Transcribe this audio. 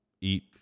eat